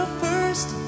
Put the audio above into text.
first